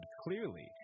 clearly